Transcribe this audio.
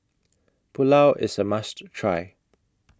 Pulao IS A must Try